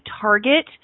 target